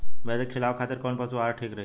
भैंस के खिलावे खातिर कोवन पशु आहार ठीक रही?